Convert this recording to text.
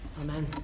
Amen